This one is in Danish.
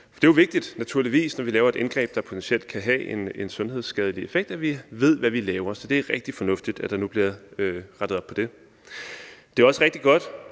hvad vi laver, når vi laver et indgreb, der potentielt kan have en sundhedsskadelig effekt. Så det er rigtig fornuftigt, at der nu bliver rettet op på det. Det er også rigtig godt,